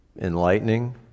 enlightening